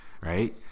right